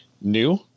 new